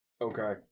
Okay